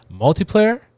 multiplayer